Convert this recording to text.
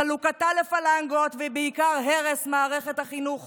חלוקתה לפלנגות ובעיקר הרס מערכת החינוך